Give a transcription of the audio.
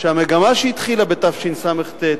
שהמגמה שהתחילה בתשס"ט,